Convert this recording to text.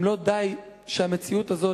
אם לא די שהמציאות הזאת,